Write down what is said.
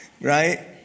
Right